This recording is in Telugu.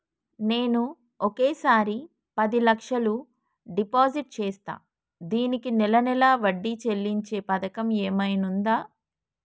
నేను ఒకేసారి పది లక్షలు డిపాజిట్ చేస్తా దీనికి నెల నెల వడ్డీ చెల్లించే పథకం ఏమైనుందా?